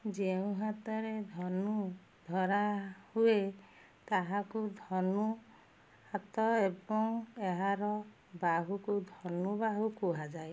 ଯେଉଁ ହାତରେ ଧନୁ ଧରା ହୁଏ ତାହାକୁ ଧନୁହାତ ଏବଂ ଏହାର ବାହୁକୁ ଧନୁବାହୁ କୁହାଯାଏ